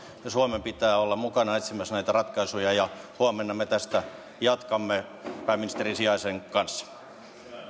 ja suomen pitää olla mukana etsimässä näitä ratkaisuja huomenna me tästä jatkamme pääministerin sijaisen kanssa